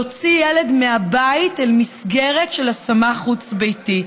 להוציא ילד מהבית אל מסגרת של השמה חוץ-ביתית.